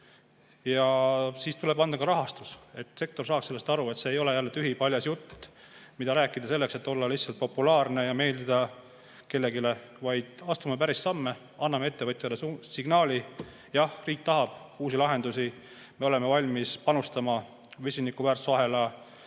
Ja siis tuleb anda ka rahastus, et sektor saaks aru, et see ei ole tühipaljas jutt, mida rääkida selleks, et olla populaarne ja meeldida kellelegi, vaid astume päris samme, anname ettevõtjale signaali: jah, riik tahab uusi lahendusi, me oleme valmis panustama vesiniku väärtusahela